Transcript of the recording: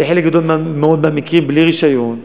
בחלק גדול מאוד מהמקרים בלי רישיון,